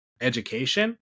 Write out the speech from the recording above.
education